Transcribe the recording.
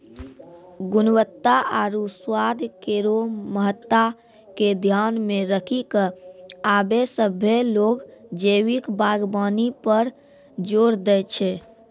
गुणवत्ता आरु स्वाद केरो महत्ता के ध्यान मे रखी क आबे सभ्भे लोग जैविक बागबानी पर जोर दै छै